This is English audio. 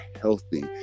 healthy